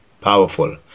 powerful